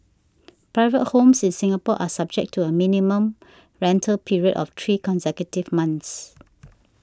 private homes in Singapore are subject to a minimum rental period of three consecutive months